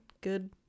good